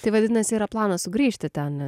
tai vadinasi yra planas sugrįžti ten